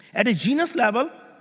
at a genus level,